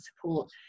support